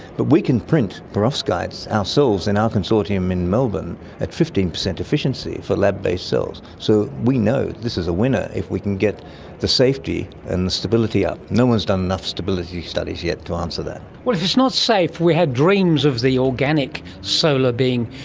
but we can print perovskites ourselves in our consortium in melbourne at fifteen percent efficiency for lab-based cells. so we know this is a winner if we can get the safety and the stability up. no one has done enough stability studies yet to answer that. well, if it's not safe, we had dreams of the organic solar being,